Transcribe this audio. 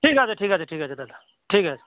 ঠিক আছে ঠিক আছে ঠিক আছে দাদা ঠিক আছে